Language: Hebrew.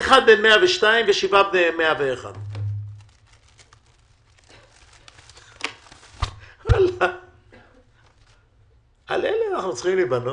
אחד בן 102 ושבעה בני 101. על אלה אנחנו צריכים להיבנות?